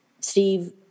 Steve